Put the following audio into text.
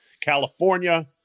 California